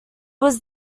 was